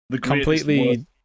Completely